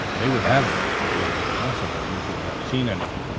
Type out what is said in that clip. they would have it it was impossible he should have seen anyone.